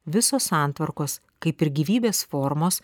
visos santvarkos kaip ir gyvybės formos